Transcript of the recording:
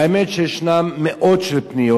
האמת היא שישנן מאות פניות,